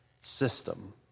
system